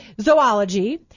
Zoology